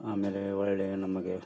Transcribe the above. ಆಮೇಲೆ ಒಳ್ಳೆಯ ನಮಗೆ